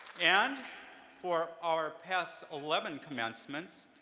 and for our past eleven commencements,